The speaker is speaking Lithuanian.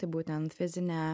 tai būtent fizinė